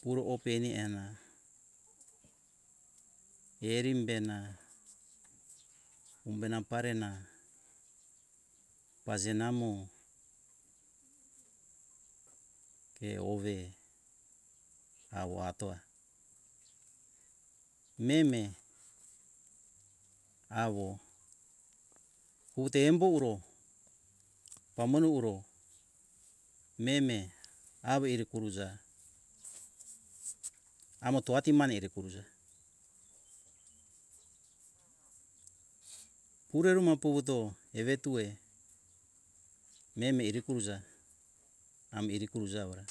puro openi ena erim bena umbena parena pazenamo ke ove awo atoa meme awo wute embo uro pamone uro meme awo iri kuruza amoto atimane ere kuruza pure ruma puvito evetue meme iri kuruja ami iri kuruja ora